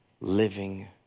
living